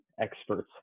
experts